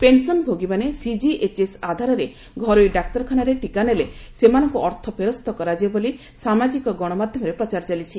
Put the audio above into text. pension ଭୋଗୀମାନେ CGHS ଆଧାରରେ ଘରୋଇ ଡାକ୍ତରଖାନାରେ ଟିକାନେଲେ ସେମାନଙ୍କୁ ଅର୍ଥ ଫେରସ୍ତ କରାଯିବ ବୋଲି ସାମାଜିକ ଗଣମାଧ୍ୟମରେ ପ୍ରଚାର ଚାଲିଛି